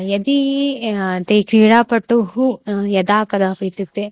यदि ते क्रीडापटुः यदा कदापि इत्युक्ते